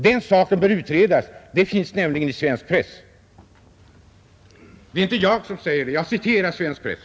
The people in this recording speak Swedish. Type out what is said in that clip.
Den saken bör utredas, Det finns i svensk press — det är alltså inte jag som säger det, jag citerar svensk press!